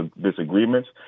disagreements